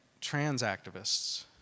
trans-activists